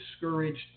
discouraged